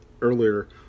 earlier